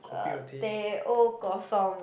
um Teh-O Kosong